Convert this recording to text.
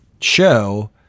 show